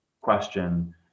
question